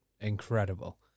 incredible